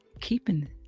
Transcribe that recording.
keeping